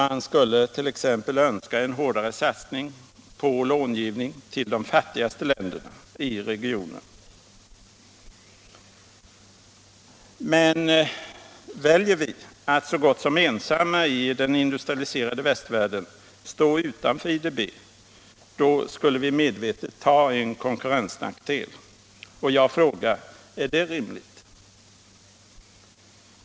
Vi skulle t.ex. önska en hårdare satsning på långivning till de fattigaste länderna i regionen. Men skulle vi välja att så gott som ensamma i den industrialiserade västvärlden stå utanför IDB, skulle vi medvetet ta en konkurrensnackdel. Jag frågar: Är det rimligt?